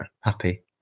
Happy